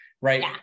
right